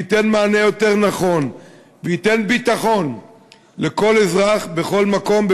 שייתן מענה יותר נכון וייתן ביטחון לכל אזרח בכל מקום,